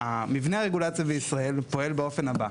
מבנה הרגולציה בישראל פועל באופן הבא.